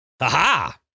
Aha